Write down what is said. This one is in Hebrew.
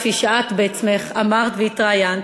כפי שאת עצמך אמרת והתראיינת,